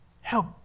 Help